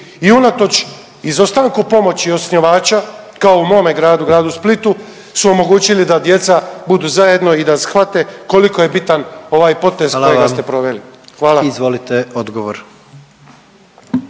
i unatoč izostanku pomoći osnivača, kao u mome gradu, Gradu Splitu, su omogućili da djeca budu zajedno i da shvate koliko je bitan ovaj potez kojega ste proveli. Hvala. **Jandroković,